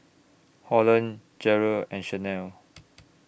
Holland Jere and Shanell